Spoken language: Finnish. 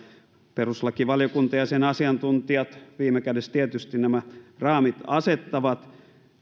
perustuslakivaliokunta ja sen asiantuntijat viime kädessä tietysti nämä raamit asettavat